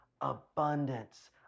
abundance